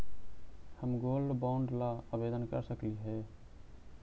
हम gold bond ला आवेदन कर सकली हे?